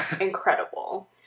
incredible